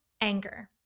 anger